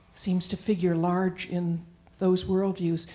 seem to figure largely in those world views.